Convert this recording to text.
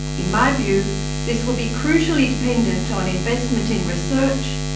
in my view this will be crucially dependent on investment in research,